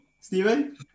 Stephen